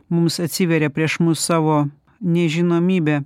mums atsiveria prieš mus savo nežinomybe